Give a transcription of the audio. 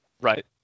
right